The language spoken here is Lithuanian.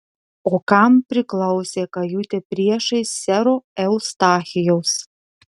o kam priklausė kajutė priešais sero eustachijaus